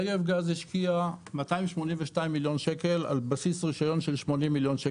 נגב גז השקיעה 282 מיליון שקל על בסיס רישיון של 80 מיליון,